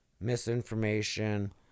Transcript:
misinformation